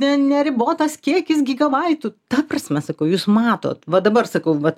ten neribotas kiekis gigabaitų ta prasme sakau jūs matot va dabar sakau vat